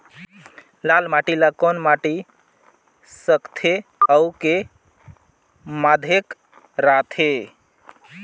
लाल माटी ला कौन माटी सकथे अउ के माधेक राथे?